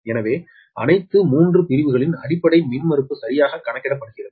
எனவே அனைத்து 3 பிரிவுகளின் அடிப்படை மின்மறுப்பு சரியாக கணக்கிடப்படுகிறது